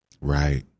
Right